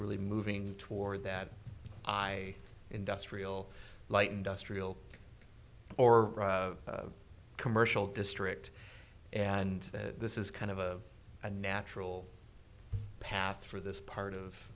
really moving toward that i industrial light industrial or commercial district and this is kind of a a natural path for this part of